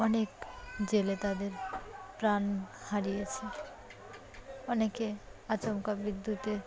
অনেক জেলে তাদের প্রাণ হারিয়েছে অনেকে আচমকা বিদ্যুতে